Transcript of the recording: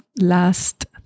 last